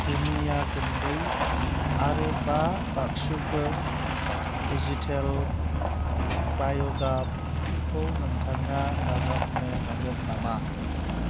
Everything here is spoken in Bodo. दुन्दिया गुन्दै आरो बा बाक्सुफोर वेजितेल बाय' गाबखौ नोंथाङा दाजाबनो हागोन नामा